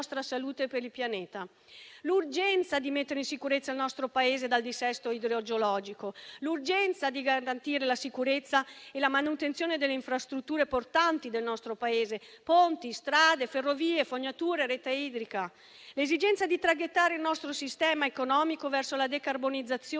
l'urgenza di mettere in sicurezza il nostro Paese dal dissesto idrogeologico; l'urgenza di garantire la sicurezza e la manutenzione delle infrastrutture portanti del nostro Paese (ponti, strade, ferrovie, fognature, rete idrica); vi è l'esigenza di traghettare il nostro sistema economico verso la decarbonizzazione